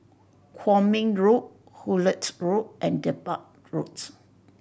Kwong Min Road Hullet Road and Dedap Roads